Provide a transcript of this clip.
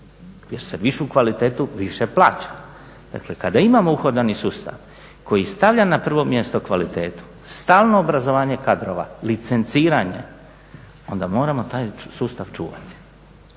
jer se višu kvalitetu više plaća. Dakle kad imamo uhodani sustav koji stavlja na prvo mjesto kvalitetu, stalno obrazovanje kadrova, licenciranje onda moramo taj sustav čuvati.